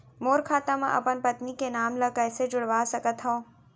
मोर खाता म अपन पत्नी के नाम ल कैसे जुड़वा सकत हो?